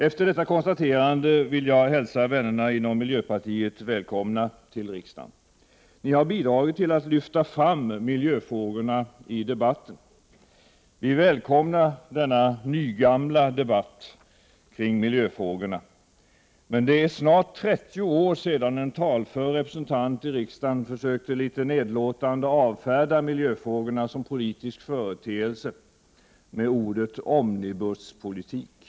Efter detta konstaterande vill jag hälsa vännerna inom miljöpartiet välkomna till riksdagen. Ni har bidragit till att föra fram miljöfrågorna i debatten. Vi välkomnar denna nygamla debatt kring miljöfrågorna. Det är snart 30 år sedan en talför representant i riksdagen litet nedlåtande försökte avfärda miljöfrågorna som politisk företeelse med ordet ”omnibusspolitik”.